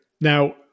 Now